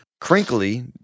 crinkly